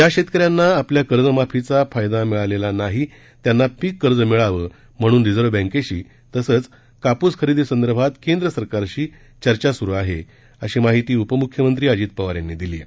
ज्या शेतकऱ्यांना आपल्या कर्जमाफीचा फायदा मिळालेला नाही त्यांना पीक कर्ज मिळावं म्हणून रिझर्व्ह बँकेशी तसंच कापूस खरेदीसंदर्भात केंद्रसरकारशी चर्चा स्रु आहे अशी माहिती उपम्ख्यमंत्री अजित पवार यांनी दिली आहे